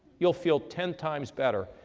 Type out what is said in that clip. you'll feel ten times better.